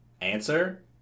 answer